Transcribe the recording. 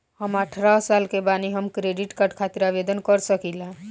हम अठारह साल के बानी हम क्रेडिट कार्ड खातिर आवेदन कर सकीला?